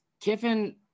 Kiffin